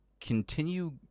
continue